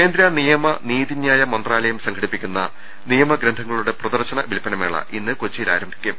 കേന്ദ്ര നിയമ നീതിന്യായ മന്ത്രാലയും സംഘടിപ്പിക്കുന്ന നിയമ ഗ്രന്ഥങ്ങളുടെ പ്രദർശന വില്പന മേള ഇന്ന് കൊച്ചിയിൽ ആരംഭിക്കും